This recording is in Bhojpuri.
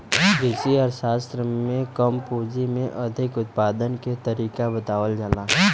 कृषि अर्थशास्त्र में कम पूंजी में अधिक उत्पादन के तरीका बतावल जाला